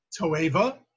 Toeva